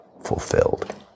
fulfilled